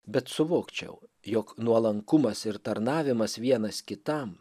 bet suvokčiau jog nuolankumas ir tarnavimas vienas kitam